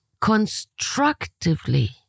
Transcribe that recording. constructively